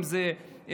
אם זה עובדה,